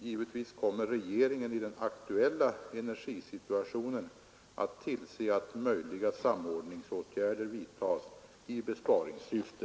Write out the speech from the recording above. Givetvis kommer regeringen i den aktuella energisituationen att tillse att möjliga samordningsåtgärder vidtas i besparingssyfte.